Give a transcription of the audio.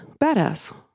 Badass